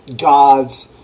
God's